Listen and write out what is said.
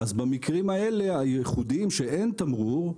אז במקרים האלה הייחודיים שאין תמרור,